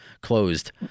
closed